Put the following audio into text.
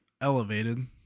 elevated